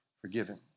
forgiven